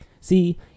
see